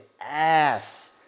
ass